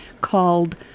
called